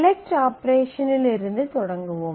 select ஆபரேஷனில் இருந்து தொடங்குவோம்